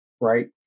Right